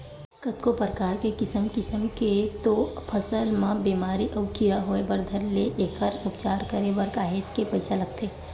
कतको परकार के किसम किसम के तो फसल म बेमारी अउ कीरा होय बर धर ले एखर उपचार करे बर काहेच के पइसा लगथे